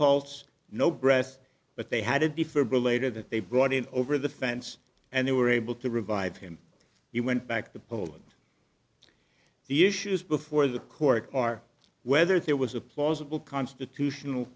pulse no breath but they had a defibrillator that they brought in over the fence and they were able to revive him he went back to poland the issues before the court are whether there was a plausible constitutional